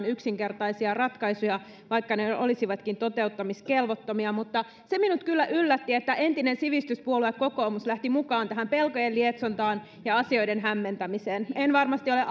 yksinkertaisia ratkaisuja vaikka ne ne olisivatkin toteuttamiskelvottomia mutta se minut kyllä yllätti että entinen sivistyspuolue kokoomus lähti mukaan tähän pelkojen lietsontaan ja asioiden hämmentämiseen en varmasti ole